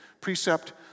Precept